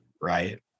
right